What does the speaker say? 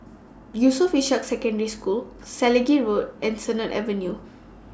Yusof Ishak Secondary School Selegie Road and Sennett Avenue